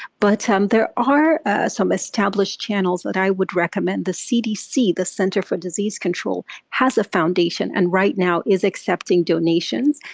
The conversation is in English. but um there are some established channels that i would recommend. the cdc the center for disease control has a foundation and right now is accepting donations.